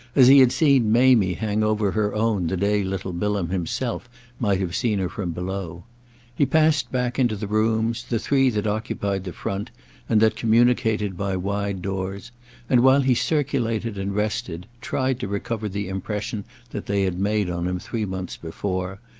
as he had seen mamie hang over her own the day little bilham himself might have seen her from below he passed back into the rooms, the three that occupied the front and that communicated by wide doors and, while he circulated and rested, tried to recover the impression that they had made on him three months before,